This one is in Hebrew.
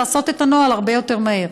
לעשות את הנוהל הרבה יותר מהר.